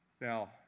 Now